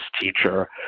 teacher